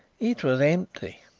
it was empty!